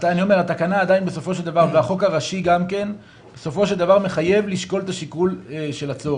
החוק הראשי מחייבים בסופו של דבר,